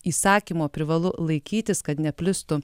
įsakymo privalu laikytis kad neplistų